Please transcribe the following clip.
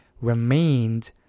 remained